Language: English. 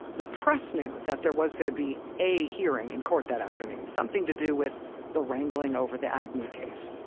the press knew that there was going to be a hearing in court that afternoon, something to do with the wrangling over the agnew case,